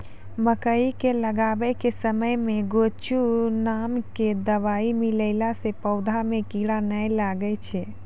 मकई के लगाबै के समय मे गोचु नाम के दवाई मिलैला से पौधा मे कीड़ा नैय लागै छै?